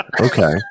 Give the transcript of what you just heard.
Okay